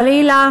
חלילה.